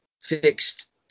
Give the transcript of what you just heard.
fixed